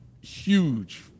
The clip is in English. huge